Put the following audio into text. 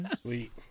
Sweet